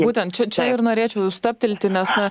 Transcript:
būtent čia čia ir norėčiau stabtelti nes